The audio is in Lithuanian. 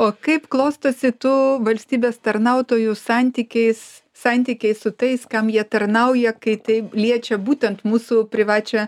o kaip klostosi tų valstybės tarnautojų santykiais santykiai su tais kam jie tarnauja kai tai liečia būtent mūsų privačią